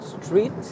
street